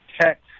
tech